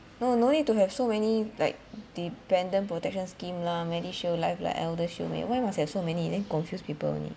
no no need to have so many like dependent protection scheme lah medishield life like eldershield meh why must have so many then confuse people only